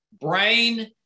brain